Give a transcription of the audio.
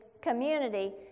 community